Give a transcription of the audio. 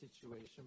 situation